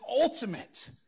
ultimate